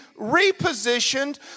repositioned